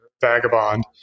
vagabond